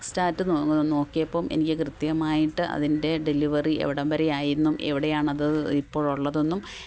stat നോക്കിയപ്പം എനിക്ക് കൃത്യമായിട്ട് അതിന്റെ ഡെലിവറി എവിടം വരെ ആയെന്നും എവിടെയാണത് ഇപ്പോഴുള്ളതെന്നും